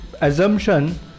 assumption